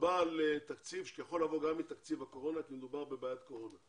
מדובר על תקציב שיכול לבוא גם מתקציב הקורונה כי מדובר בבעיית קורונה.